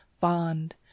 fond